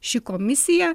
ši komisija